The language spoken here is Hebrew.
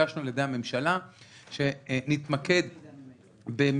התבקשנו על-ידי הממשלה שנתמקד במיקוד